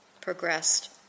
progressed